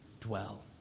dwell